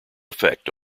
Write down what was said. effect